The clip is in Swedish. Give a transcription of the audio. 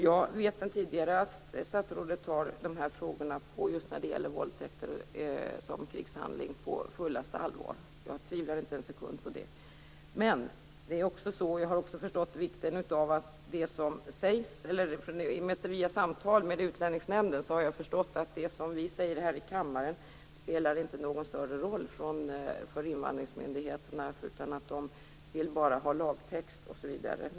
Jag vet sedan tidigare att statsrådet tar frågorna om våldtäkter som krigshandling på fullaste allvar. Jag tvivlar inte en sekund på det. Men jag har också förstått, efter samtal med Utlänningsnämnden, att det som vi säger här i kammaren inte spelar någon större roll för invandringsmyndigheterna. De vill bara ha lagtext osv.